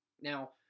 Now